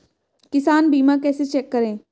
किसान बीमा कैसे चेक करें?